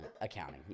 Accounting